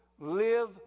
live